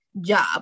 job